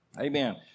Amen